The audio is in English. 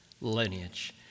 lineage